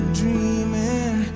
dreaming